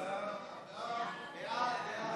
סעיף 1